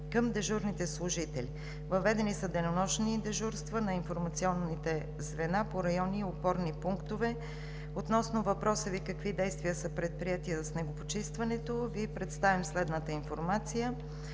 към дежурните служители. Въведени са денонощни дежурства на информационните звена по райони и опорни пунктове. Относно въпроса Ви – какви действия са предприети за снегопочистването, Ви представям следната информация: